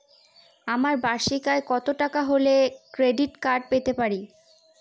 আমার বার্ষিক আয় কত টাকা হলে ক্রেডিট কার্ড পেতে পারি?